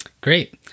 Great